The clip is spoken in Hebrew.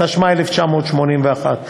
התשמ"א 1981,